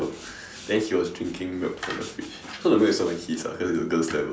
then he was drinking milk from the fridge so the milk was not even his ah cause it's the girls' level